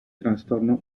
trastorno